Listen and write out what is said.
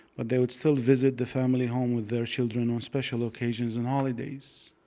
but they would still visit the family home with their children on special occasions and holidays.